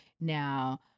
Now